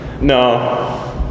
No